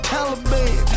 Taliban